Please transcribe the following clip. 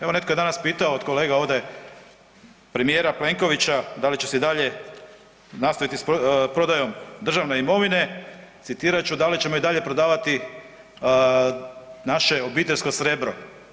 Evo, netko je danas pitao od kolega ovdje premijera Plenkovića da li će se i dalje nastaviti s prodajom državne imovine, citirat ću, da li ćemo i dalje prodavati naše obiteljsko srebro.